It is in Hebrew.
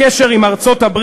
הקשר עם ארצות-הברית,